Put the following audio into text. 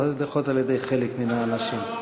לפחות על-ידי חלק מהאנשים.